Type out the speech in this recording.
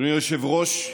אדוני היושב-ראש,